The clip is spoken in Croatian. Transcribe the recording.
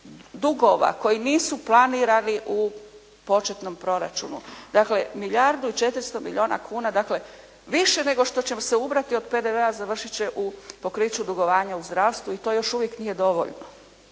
dugova koji nisu planirani u početnom proračunu. Dakle milijardu i 400 milijuna kuna dakle više nego što će se ubrati od PDV-a završit će u pokriću dugovanja u zdravstvu i to još uvijek nije dovoljno.